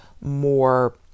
more